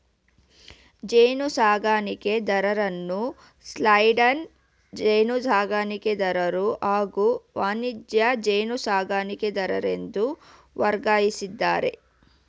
ಜೇನುಸಾಕಣೆದಾರರನ್ನು ಸೈಡ್ಲೈನ್ ಜೇನುಸಾಕಣೆದಾರರು ಹಾಗೂ ವಾಣಿಜ್ಯ ಜೇನುಸಾಕಣೆದಾರರೆಂದು ವರ್ಗೀಕರಿಸಿದ್ದಾರೆ